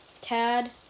Tad